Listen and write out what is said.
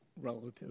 relative